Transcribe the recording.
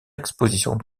expositions